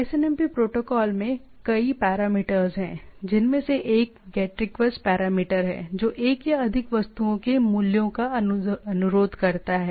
SNMP protocol में कई parameters होते हैं जिनमें से एक गेट रिक्वेस्ट पैरामीटर है जो एक या अधिक वस्तुओं के मूल्यों का अनुरोध करता है